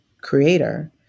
creator